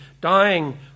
dying